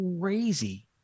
crazy